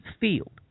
field